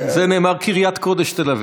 על זה נאמר: קריית קודש תל אביב.